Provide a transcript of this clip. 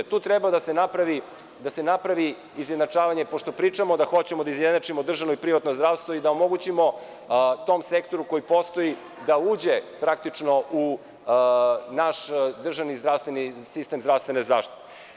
Tu treba da se napravi izjednačavanje, pošto pričamo da hoćemo da izjednačimo državno i privatno zdravstvo i da omogućimo tom sektoru koji postoji da uđe praktično u naš državni sistem zdravstvene zaštite.